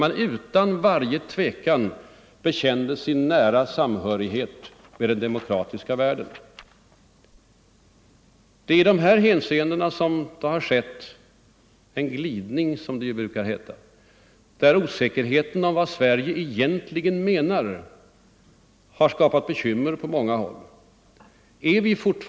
säkerhetsoch där man utan varje tvekan bekände sin nära samhörighet med den de = nedrustningsfrågormokratiska världen. na Det är i dessa hänseenden som det har skett en glidning, som det brukar heta. Och osäkerheten om vad Sverige egentligen menar har skapat bekymmer på många håll.